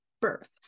birth